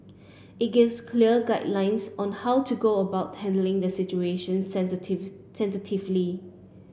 it gives clear guidelines on how to go about handling the situation sensitively